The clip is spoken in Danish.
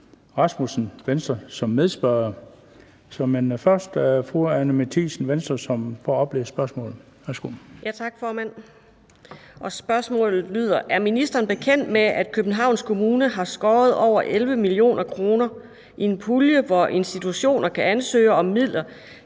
spørgsmålet op. Værsgo. Kl. 16:20 Anni Matthiesen (V): Tak, formand. Spørgsmålet lyder: Er ministeren bekendt med, at Københavns Kommune har skåret over 11 mio. kr. i en pulje, hvor institutioner kan ansøge om midler